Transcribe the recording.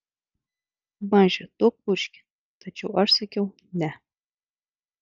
maži duok bučkį tačiau aš sakiau ne